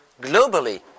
globally